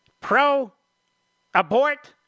pro-abort